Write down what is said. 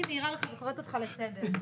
הייתי מעירה לך וקוראת אותך לסדר,